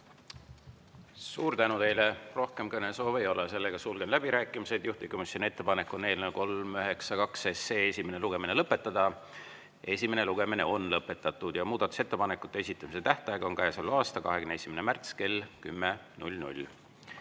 Suur tänu teile! Rohkem kõnesoove ei ole. Sulgen läbirääkimised. Juhtivkomisjoni ettepanek on eelnõu 392 esimene lugemine lõpetada. Esimene lugemine on lõpetatud ja muudatusettepanekute esitamise tähtaeg on selle aasta 21. märtsil kell 10.